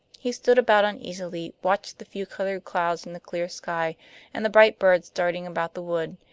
he stood about uneasily, watched the few colored clouds in the clear sky and the bright birds darting about the wood,